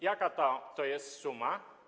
Jaka to jest suma?